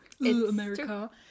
America